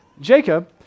Jacob